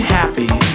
happy